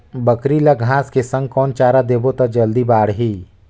बकरी ल घांस के संग कौन चारा देबो त जल्दी बढाही?